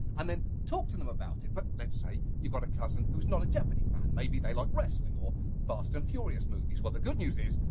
and then talk to them about it. but, let's say you've got a cousin who's not a jeopardy fan. maybe they like wrestling or fast and furious movies. well the good news is,